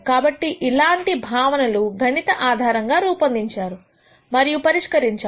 కాబట్టి ఇలాంటివ భావనలు గణిత ఆధారంగా రూపొందించారు మరియు పరిష్కరించారు